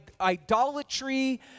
idolatry